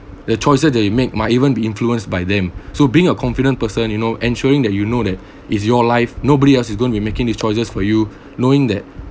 the choices that you make might even be influenced by them so being a confident person you know ensuring that you know that is your life nobody else is going to be making these choices for you knowing that